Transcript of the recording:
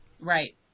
Right